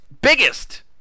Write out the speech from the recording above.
biggest